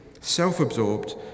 self-absorbed